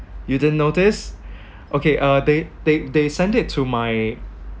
you didn't notice okay uh they they they sent it to my